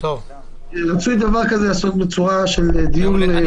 אבל רצוי שדבר כזה ייעשה בדיון יותר מעמיק.